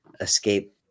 escape